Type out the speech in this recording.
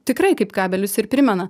tikrai kaip kabelius ir primena